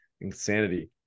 insanity